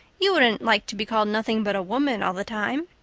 you wouldn't like to be called nothing but a woman all the time.